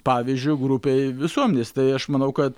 pavyzdžiu grupei visuomenės tai aš manau kad